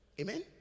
Amen